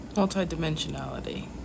Multi-dimensionality